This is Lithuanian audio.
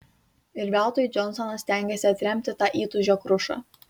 ir veltui džonsonas stengėsi atremti tą įtūžio krušą